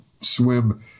swim